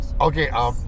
Okay